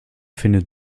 findet